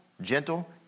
gentle